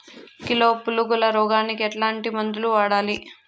Kilo పులుగుల రోగానికి ఎట్లాంటి మందులు వాడాలి?